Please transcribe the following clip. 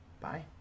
Bye